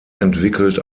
entwickelt